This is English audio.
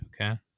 Okay